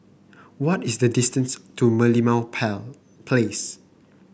what is the distance to Merlimau Place